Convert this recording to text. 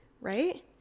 right